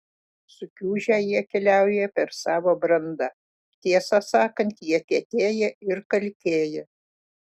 sukiužę jie keliauja per savo brandą tiesą sakant jie kietėja ir kalkėja